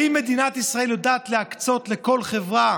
האם מדינת ישראל יודעת להקצות לכל חברה